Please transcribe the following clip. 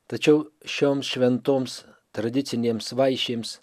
tačiau šioms šventoms tradicinėms vaišėms